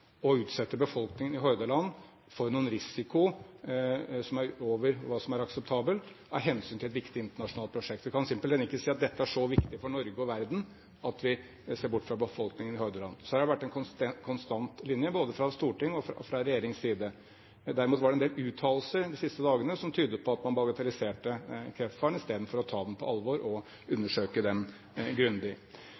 å utsette befolkningen i Hordaland for noen risiko som er over hva som er akseptabelt, av hensyn til et viktig internasjonalt prosjekt. Vi kan simpelthen ikke si at dette er så viktig for Norge og verden at vi ser bort fra befolkningen i Hordaland. Så det har vært en konstant linje fra både Stortingets og regjeringens side. Derimot har det vært en del uttalelser de siste dagene som tydet på at man bagatelliserte kreftfaren, i stedet for å ta den på alvor og